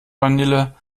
vanille